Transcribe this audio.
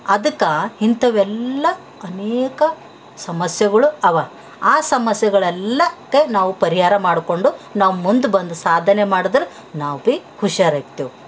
ಅದಕ್ಕೆ ಇಂಥವೆಲ್ಲಾ ಅನೇಕ ಸಮಸ್ಯೆಗಳು ಅವ ಆ ಸಮಸ್ಯೆಗಳೆಲ್ಲ ಕ್ಕ ನಾವು ಪರಿಹಾರ ಮಾಡಿಕೊಂಡು ನಾವು ಮುಂದೆ ಬಂದು ಸಾಧನೆ ಮಾಡಿದ್ರೆ ನಾವು ಬಿ ಹುಷಾರು ಆಯ್ತೆವು